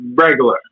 regular